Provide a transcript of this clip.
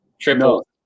triple